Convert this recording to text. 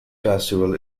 festival